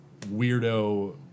weirdo